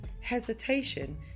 hesitation